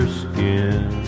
skin